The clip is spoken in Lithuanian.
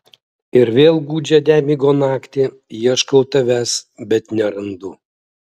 ir vėl gūdžią nemigo naktį ieškau tavęs bet nerandu